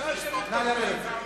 נא לרדת.